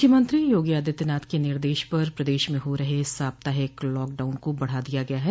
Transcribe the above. मुख्यमंत्री योगी आदित्यनाथ के निर्देश पर प्रदेश में हो रही साप्ताहिक लॉकडाउन को बढ़ा दिया गया है